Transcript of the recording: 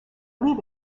leave